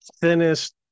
thinnest